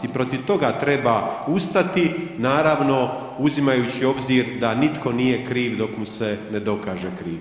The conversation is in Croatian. I protiv toga treba ustati naravno uzimajući u obzir da nitko nije kriv dok mu se ne dokaže krivnja.